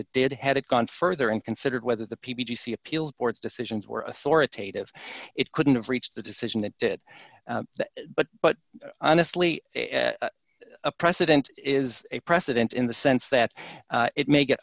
it did had it gone further and considered whether the p b c appeals courts decisions were authoritative it couldn't have reached the decision that did it but but honestly a precedent is a precedent in the sense that it may get